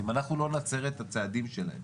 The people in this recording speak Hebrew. אם אנחנו לא נצר את הצעדים שלהם